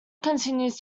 continues